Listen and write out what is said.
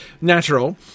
natural